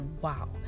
Wow